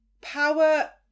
power